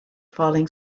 falling